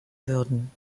würden